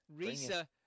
Risa